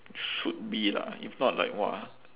should be lah if not like !wah!